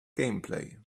gameplay